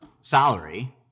salary